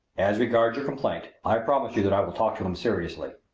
as regards your complaint, i promise you that i will talk to him seriously.